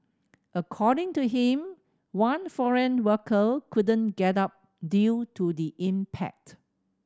according to him one foreign worker couldn't get up due to the impact